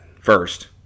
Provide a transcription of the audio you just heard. first